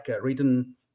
written